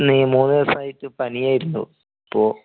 ആ മൂന്ന് ദിവസമായിട്ട് പനിയായിരുന്നു അപ്പോൾ